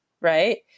right